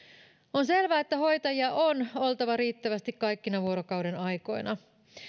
on selvää että hoitajia on oltava riittävästi kaikkina vuorokauden aikoina